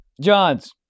John's